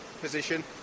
position